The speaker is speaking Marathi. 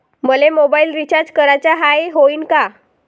मले मोबाईल रिचार्ज कराचा हाय, होईनं का?